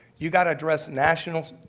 you got to address national,